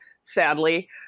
sadly